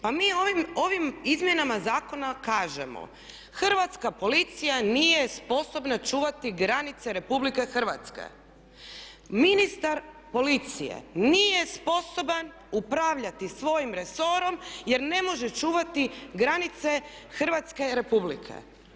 Pa mi ovim izmjenama zakona kažemo hrvatska policija nije sposobna čuvati granice Republike Hrvatske, ministar policije nije sposoban upravljati svojim resorom jer ne može čuvati granice Hrvatske Republike.